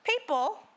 people